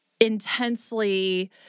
intensely